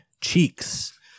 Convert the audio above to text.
Cheeks